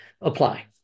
apply